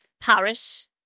Paris